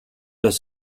los